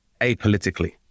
apolitically